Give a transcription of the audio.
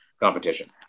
competition